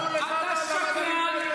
לא ברור לך למה דוד לוי?